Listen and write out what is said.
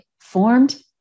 formed